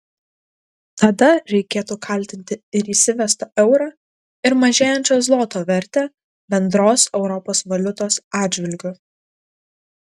tada reikėtų kaltinti ir įsivestą eurą ir mažėjančio zloto vertę bendros europos valiutos atžvilgiu